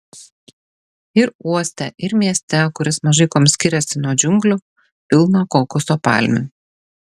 ir uoste ir mieste kuris mažai kuom skiriasi nuo džiunglių pilna kokoso palmių